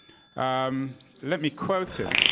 um let me quote him.